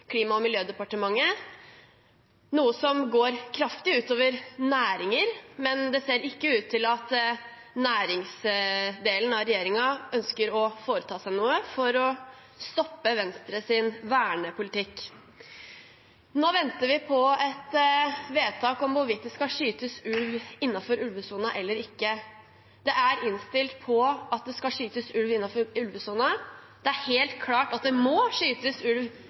Klima- og miljødepartementet, noe som går kraftig ut over næringer. Men det ser ikke ut til at næringsdelen av regjeringen ønsker å foreta seg noe for å stoppe Venstres vernepolitikk. Nå venter vi på et vedtak om hvorvidt det skal skytes ulv innenfor ulvesonen eller ikke. Det er innstilt på at det skal skytes ulv innenfor ulvesonen. Det er helt klart at det må skytes ulv